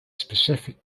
specific